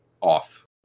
off